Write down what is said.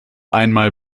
einmal